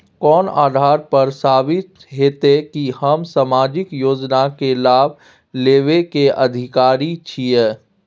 कोन आधार पर साबित हेते की हम सामाजिक योजना के लाभ लेबे के अधिकारी छिये?